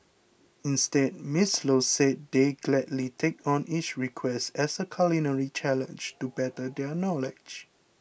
instead Miss Low said they gladly take on each request as a culinary challenge to better their knowledge